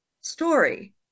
story